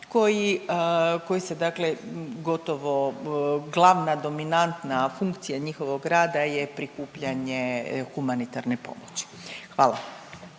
koji se dakle gotovo glavna dominantna funkcija njihovog rada je prikupljanje humanitarne pomoći. Hvala.